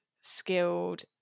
skilled